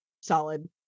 solid